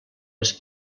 les